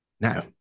Now